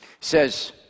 Says